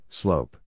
slope